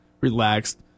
relaxed